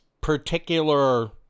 particular